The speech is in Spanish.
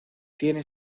tiene